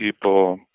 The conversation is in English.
people